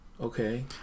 okay